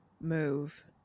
move